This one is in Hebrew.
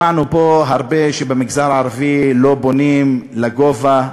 שמענו פה הרבה שבמגזר הערבי לא בונים לגובה,